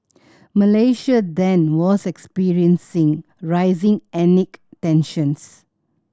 Malaysia then was experiencing rising tensions